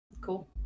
cool